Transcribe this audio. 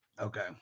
Okay